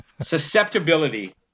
Susceptibility